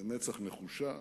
במצח נחושה,